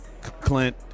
Clint